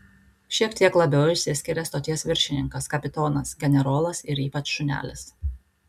šiek tiek labiau išsiskiria stoties viršininkas kapitonas generolas ir ypač šunelis